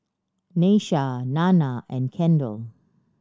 Nyasia Nanna and Kendell